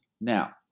Now